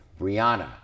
Brianna